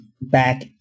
back